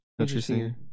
Interesting